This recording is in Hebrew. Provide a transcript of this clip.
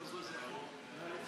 חסרים לך 800,